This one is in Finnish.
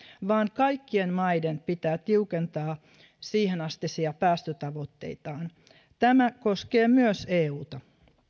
vaan kaikkien maiden pitää tiukentaa siihenastisia päästötavoitteitaan tämä koskee myös euta